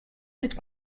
cette